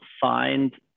find